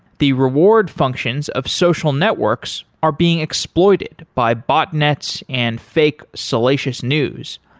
the reward functions of social networks are being exploited by botnets and fake salacious news.